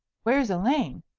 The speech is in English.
where's elaine?